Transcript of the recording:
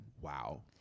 Wow